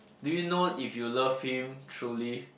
do you know if you love him truly